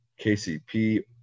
KCP